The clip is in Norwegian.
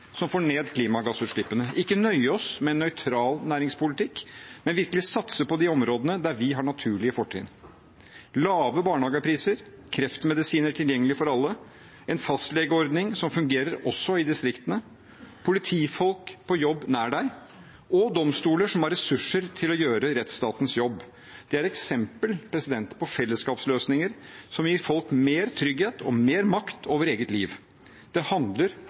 som får ned klimagassutslippene, ikke nøye oss med nøytral næringspolitikk, men virkelig satse på de områdene der vi har naturlige fortrinn. Lave barnehagepriser, kreftmedisiner tilgjengelig for alle, en fastlegeordning som fungerer også i distriktene, politifolk på jobb nær deg, og domstoler som har ressurser til å gjøre rettsstatens jobb – det er eksempler på fellesskapsløsninger som gir folk mer trygghet og mer makt over eget liv. Det handler